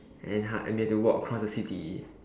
and hard and we have to walk across the city